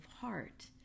heart